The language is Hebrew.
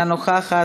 אינה נוכחת,